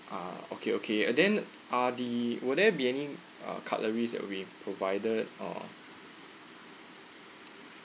ah okay okay and then uh the will there be any uh cutleries are being provided uh